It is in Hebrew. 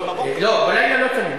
בלילה לא צמים.